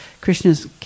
Krishna's